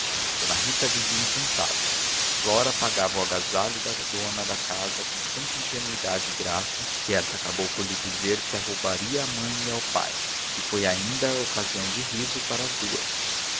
d rita vivia encantada flora pagava o agasalho da dona da casa com tanta ingenuidade e graça que esta acabou por lhe dizer que a roubaria à mãe e ao pai e foi ainda ocasião de riso para as duas